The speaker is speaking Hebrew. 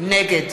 נגד